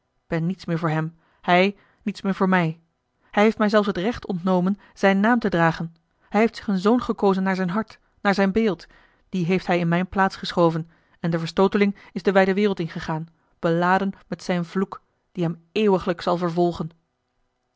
ben niets meer voor hem hij niets meer voor mij hij heeft mij zelfs het recht ontnomen zijn naam te dragen hij heeft zich een zoon gekozen naar zijn hart naar zijn beeld die heeft hij in mijne plaats geschoven en de verstooteling is de wijde wereld ingegaan beladen met zijn vloek die hem eeuwiglijk zal vervolgen